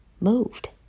moved